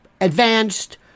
Advanced